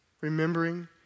remembering